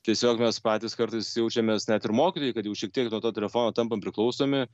tiesiog mes patys kartais jaučiamės net ir mokytojai kad jau šiek tiek nuo totelefono tampam priklausomi